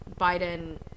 Biden